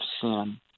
sin